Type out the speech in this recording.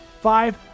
five